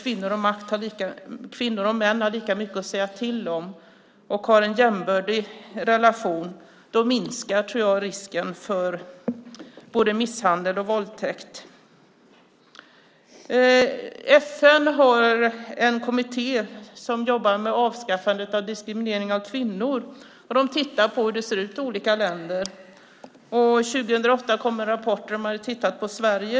I ett samhälle där kvinnor och män har lika mycket att säga till om och har en jämbördig relation tror jag att risken för både misshandel och våldtäkt minskar. FN har en kommitté som jobbar med avskaffandet av diskriminering av kvinnor. De tittar på hur det ser ut i olika länder. År 2008 kom en rapport där de hade tittat på Sverige.